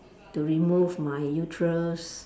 to remove my uterus